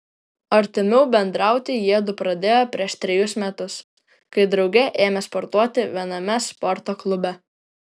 artimiau bendrauti jiedu pradėjo prieš trejus metus kai drauge ėmė sportuoti viename sporto klube